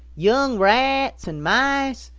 young rats and mice,